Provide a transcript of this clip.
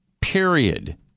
Period